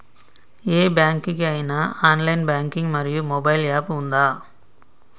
ఏ bank కి ఐనా online banking మరియు మొబైల్ యాప్ ఉందా?